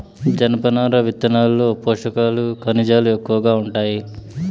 జనపనార విత్తనాల్లో పోషకాలు, ఖనిజాలు ఎక్కువగా ఉంటాయి